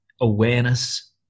awareness